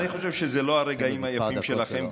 אני חושב שאלה לא הרגעים היפים שלכם,